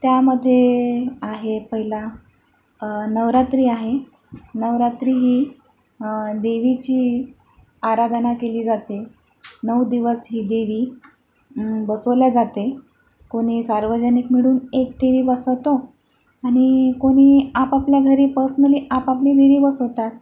त्यामध्ये आहे पहिला नवरात्री आहे नवरात्री ही देवीची आराधना केली जाते नऊ दिवस ही देवी बसवली जाते कोणी सार्वजनिक मिळून एक ठेवी बसवतो आणि कोणी आपापल्या घरी पर्सनली आपापली देवी बसवतात